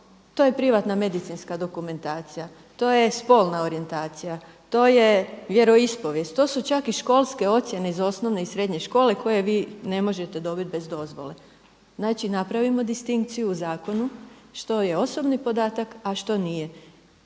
To je privatna medicinska dokumentacija, to je spolna orijentacija, to je vjeroispovijest. To su čak i školske ocjene iz osnovne i srednje škole koje vi ne možete dobiti bez dozvole. Znači napravimo distinkciju u zakonu što je osobni podatak, a što nije.